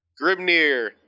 Grimnir